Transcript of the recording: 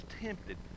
tempted